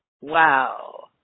Wow